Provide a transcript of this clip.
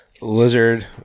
Lizard